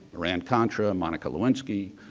iran-contra, monica lewinsky,